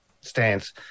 stance